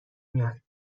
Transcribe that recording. میاد